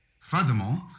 Furthermore